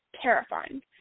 terrifying